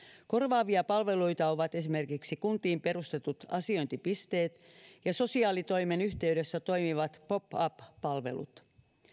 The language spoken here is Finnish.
korvaavia palveluita ovat esimerkiksi kuntiin perustetut asiointipisteet ja sosiaalitoimen yhteydessä toimivat pop up palvelut